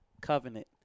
covenant